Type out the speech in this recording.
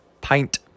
Pint